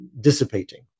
dissipating